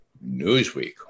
Newsweek